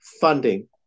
funding